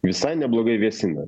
visai neblogai vėsina